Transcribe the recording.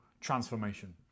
transformation